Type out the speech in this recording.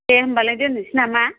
दे होनबालाय दोन्नोसै नामा